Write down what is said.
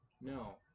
No